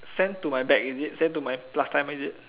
send to my back is it send to my last time is it